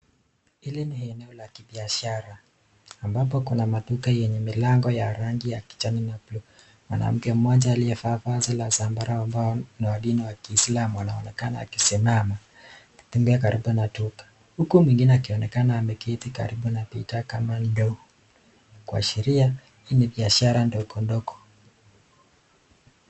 Ili ni eneo la kibiashara ambapo Kuna maduka yenye milango ya rangi ya kijani na bluu, mwanamke aliyevaa vazi la zambaro ambao ni WA dini ya kiislamu, anaonekana akisimama karibu na duka huku mwingine akionekana ameketi karibu na pipa kama ndoo kuashiria hii ni biashara ndogo ndogo.